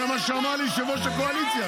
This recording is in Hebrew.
זה מה שאמר לי יושב-ראש הקואליציה.